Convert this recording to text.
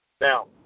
Now